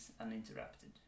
uninterrupted